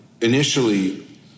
initially